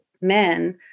men